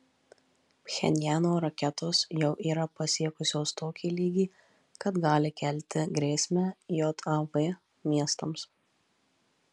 pchenjano raketos jau yra pasiekusios tokį lygį kad gali kelti grėsmę jav miestams